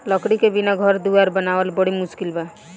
लकड़ी के बिना घर दुवार बनावल बड़ी मुस्किल बा